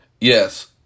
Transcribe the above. Yes